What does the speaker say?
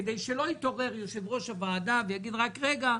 כדי שלא יתעורר יושב-ראש הוועדה ויגיד: רק אגע,